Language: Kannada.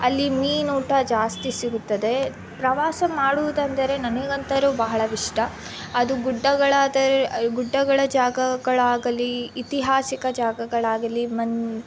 ಅಲ್ಲಿ ಮೀನೂಟ ಜಾಸ್ತಿ ಸಿಗುತ್ತದೆ ಪ್ರವಾಸ ಮಾಡುವುದೆಂದರೆ ನನಗಂತರೂ ಬಹಳ ಇಷ್ಟ ಅದು ಗುಡ್ಡಗಳಾದರೆ ಗುಡ್ಡಗಳ ಜಾಗಗಳಾಗಲಿ ಇತಿಹಾಸಿಕ ಜಾಗಗಳಾಗಲಿ ಮನ್